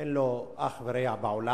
אין לו אח ורע בעולם.